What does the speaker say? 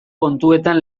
kontuetan